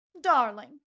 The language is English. darling